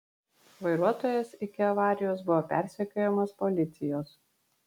vairuotojas iki avarijos buvo persekiojamas policijos